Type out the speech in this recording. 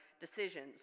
decisions